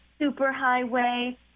superhighway